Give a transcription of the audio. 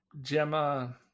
gemma